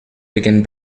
begin